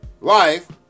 life